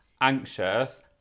anxious